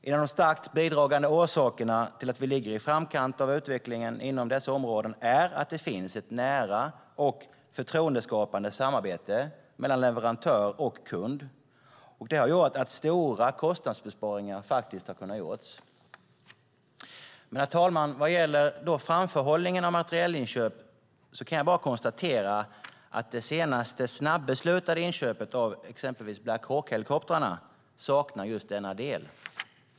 En av de starkt bidragande orsakerna till att vi ligger i framkant av utvecklingen inom dessa områden är att det finns ett nära och förtroendeskapande samarbete mellan leverantör och kund. Det har gjort att stora kostnadsbesparingar har kunnat göras. Herr talman! Vad gäller framförhållning av materielinköp kan jag bara konstatera att det senaste snabbeslutade inköpet av Black Hawk-helikoptrarna saknar denna del.